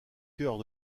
chœurs